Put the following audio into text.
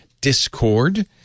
discord